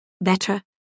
Better